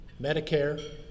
Medicare